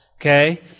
Okay